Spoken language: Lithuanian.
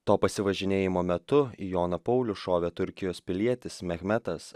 to pasivažinėjimo metu į joną paulių šovė turkijos pilietis mehmetas